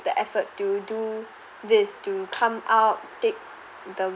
the effort to do this to come out take the